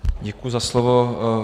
Děkuji za slovo.